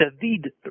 David